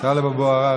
טלב אבו עראר,